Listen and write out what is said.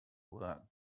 work